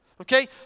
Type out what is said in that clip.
Okay